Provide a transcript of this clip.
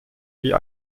wie